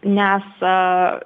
nes a